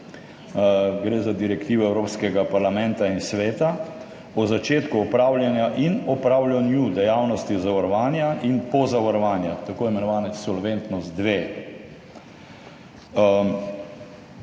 gre za direktivo Evropskega parlamenta in Sveta o začetku opravljanja in opravljanju dejavnosti zavarovanja in pozavarovanja, tako imenovane solventnost